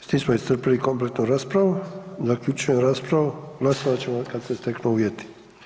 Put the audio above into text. S tim smo iscrpili kompletnu raspravu, zaključujem raspravu, glasovat ćemo kad se steknu uvjeti.